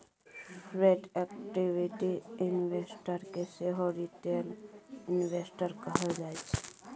sweat equity investor केँ सेहो retail investor कहल जाइ छै